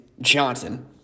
Johnson